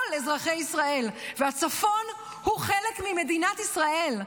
כל אזרחי ישראל, והצפון הוא חלק ממדינת ישראל.